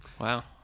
Wow